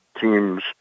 teams